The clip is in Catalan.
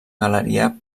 galeria